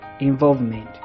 involvement